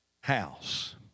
house